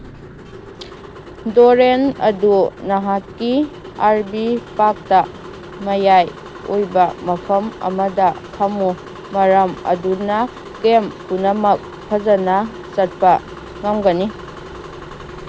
ꯗꯣꯂꯦꯟ ꯑꯗꯨ ꯅꯍꯥꯛꯀꯤ R V ꯄꯥꯛꯇ ꯃꯌꯥꯏ ꯑꯣꯏꯕ ꯃꯐꯝ ꯑꯃꯗ ꯊꯝꯃꯨ ꯃꯔꯝ ꯑꯗꯨꯅ ꯀꯦꯝ ꯄꯨꯝꯅꯃꯛ ꯐꯖꯅ ꯆꯠꯄ ꯉꯝꯒꯅꯤ